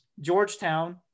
Georgetown